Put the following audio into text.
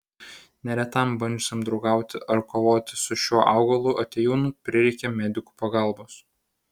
neretam bandžiusiam draugauti ar kovoti su šiuo augalu atėjūnu prireikė medikų pagalbos